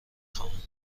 خواهم